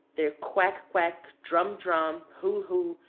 their quack-quack, drum-drum, hoo-hoo,